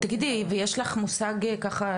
תגידי ויש לך מושג ככה,